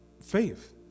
faith